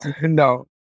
no